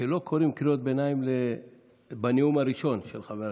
שלא קוראים קריאות ביניים בנאום הראשון של חבר הכנסת.